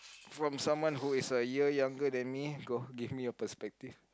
from someone who is a year younger than me go give me your perspective